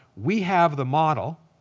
we have the model.